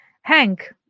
Hank